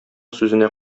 сүзенә